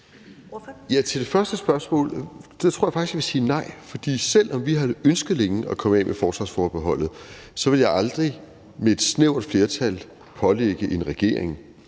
Til det første spørgsmål tror jeg faktisk jeg vil sige nej. For selv om vi længe havde ønsket at komme af med forsvarsforbeholdet, ville jeg aldrig med et snævert flertal pålægge en regering